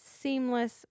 seamless